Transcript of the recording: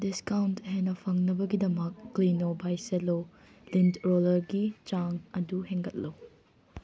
discount ꯍꯦꯟꯅ ꯐꯪꯅꯕꯒꯤꯗꯃꯛ ꯀ꯭ꯂꯤꯅꯣ ꯕꯥꯏ ꯁꯦꯜꯂꯣ ꯂꯤꯟ ꯔꯣꯂꯔꯒꯤ ꯆꯥꯡ ꯑꯗꯨ ꯍꯦꯟꯒꯠꯂꯨ